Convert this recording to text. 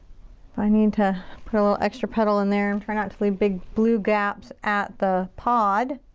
i need to put a little extra petal in there, and try not to leave big, blue gaps at the pod.